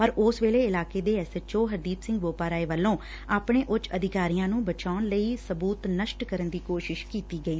ਪਰ ਉਸ ਵੇਲੇ ਇਲਾਕੇ ਦੇ S H O Hardeep Singh Boparai ਵੱਲੋਂ ਆਪਣੇ ਉੱਚ ਅਧਿਕਾਰੀਆਂ ਨੁੰ ਬਚਾਉਣ ਲਈ ਸਬੁਤ ਨਸ਼ਟ ਕਰਨ ਦੀ ਕੋਸ਼ਿਸ਼ ਕੀਤੀ ਗਈ